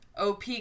op